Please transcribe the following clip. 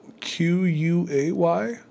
Q-U-A-Y